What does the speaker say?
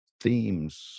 themes